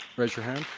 raise your hand.